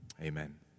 Amen